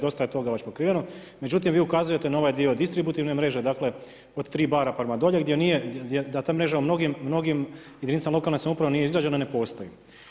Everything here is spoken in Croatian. Dosta je toga već pokriveno, međutim vi ukazujete na ovaj dio distributivne mreže, dakle od 3 bara prema dolje gdje nije, da ta mreža u mnogim jedinicama lokalne samouprave nije izgrađena, ne postoji.